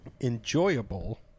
enjoyable